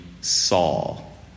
Saul